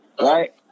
Right